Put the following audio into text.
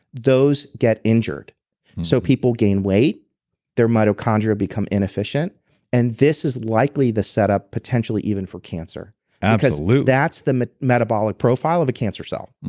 those get injured so people gain weight their mitochondria become inefficient and this is likely the setup potentially even for cancer absolutely because that's the metabolic profile of a cancer cell,